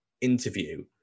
interview